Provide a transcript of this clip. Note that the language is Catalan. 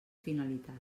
finalitat